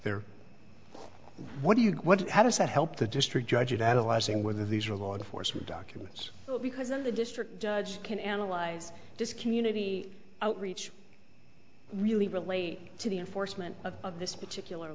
their what do you do what how does that help the district judge it analyzing whether these are law enforcement documents because in the district judge can analyze this community outreach really relate to the enforcement of this particular